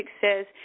says